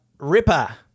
Ripper